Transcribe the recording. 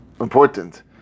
important